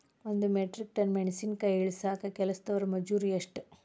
ಒಂದ್ metric ton ಮೆಣಸಿನಕಾಯಿ ಇಳಸಾಕ್ ಕೆಲಸ್ದವರ ಮಜೂರಿ ಎಷ್ಟ?